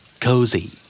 Cozy